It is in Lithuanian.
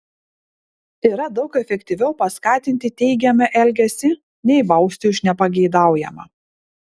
yra daug efektyviau paskatinti teigiamą elgesį nei bausti už nepageidaujamą